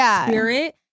spirit